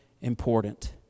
important